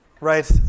Right